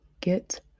get